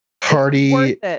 Party